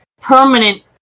permanent